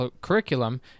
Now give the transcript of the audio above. curriculum